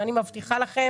ואני מבטיחה לכם